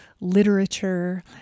literature